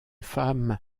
femme